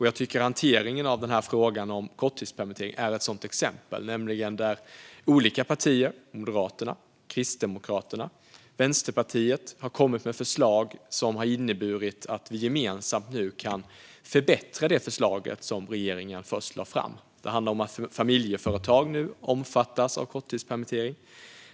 Jag tycker att hanteringen av frågan om korttidspermittering är ett sådant exempel, nämligen där olika partier, Moderaterna, Kristdemokraterna och Vänsterpartiet, har kommit med förslag som har inneburit att vi gemensamt kan förbättra det förslag som regeringen först lade fram. Det handlar om att familjeföretag nu omfattas av korttidspermittering.